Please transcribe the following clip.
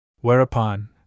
Whereupon